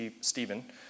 Stephen